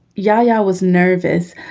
ya-ya was nervous.